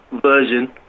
version